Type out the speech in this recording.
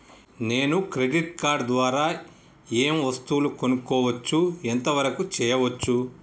నేను credit card ద్వారా ఏం వస్తువులు కొనుక్కోవచ్చు ఎంత వరకు చేయవచ్చు?